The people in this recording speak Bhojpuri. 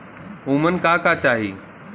उमन का का चाही?